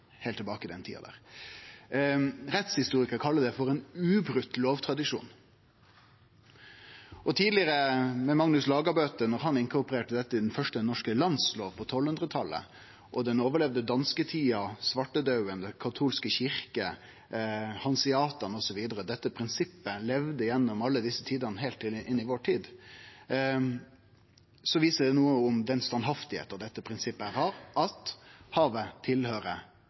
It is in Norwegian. heilt tilbake på 900-talet e.Kr. Formuleringa i dag er nesten identisk med det vikingane på 900-talet formulerte på Frostatinget. Rettshistorikarar kallar det ein ubroten lovtradisjon. Og det at Magnus Lagabøte inkorporerte dette i den første norske landslova på 1200-talet, at det overlevde dansketida, svartedauden, Den katolske kyrkja, hanseatane, osv., og at dette prinsippet har levd gjennom alle desse tidene, heilt inn i vår tid, viser noko om kor standhaftig dette prinsippet, at havet tilhøyrer